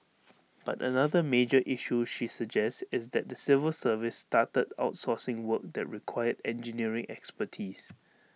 but another major issue she suggests is that the civil service started outsourcing work that required engineering expertise